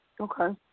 Okay